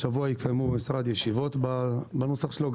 השבוע יתקיימו במשרד ישיבות על הנוסח שלו,